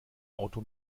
auto